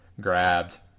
grabbed